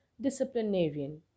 disciplinarian